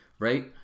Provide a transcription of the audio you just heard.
right